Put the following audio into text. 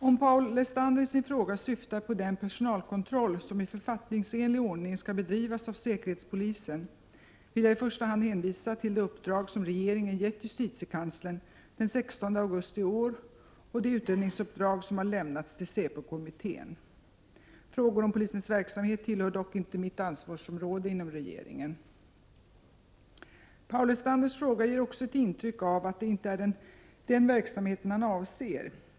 Om Paul Lestander i sin fråga syftar på den personalkontroll som i författningsenlig ordning skall bedrivas av säkerhetspolisen, vill jag i första hand hänvisa till det uppdrag som regeringen gett justitiekanslern den 16 augusti i år och det utredningsuppdrag som har lämnats till SÄPO kommittén. Frågor om polisens verksamhet tillhör dock inte mitt ansvarsområde inom regeringen. Paul Lestanders fråga ger också ett intryck av att det inte är den verksamheten han avser.